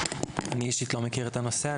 אני אישית לא מכיר את הנושא.